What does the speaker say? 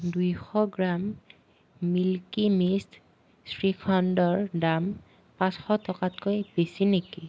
দুইশ gram milky মিষ্ট শ্ৰীখণ্ডৰ দাম পাঁচশ টকাতকৈ বেছি নেকি